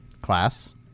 class